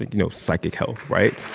you know, psychic health, right?